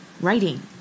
writing